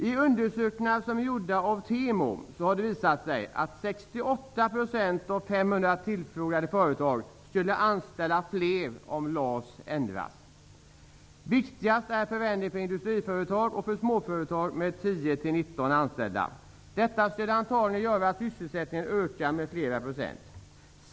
I undersökningar som TEMO har gjort visar det sig att 68 % av 500 tillfrågade företag skulle anställa fler personer om LAS ändrades. Förändringen är viktigast för industriföretag och för småföretag med 10--19 anställda. Sysselsättningen skulle antagligen kunna öka med flera procent.